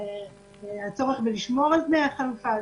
הצורך לשמור על תנאי החלופה.